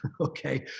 Okay